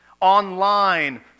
online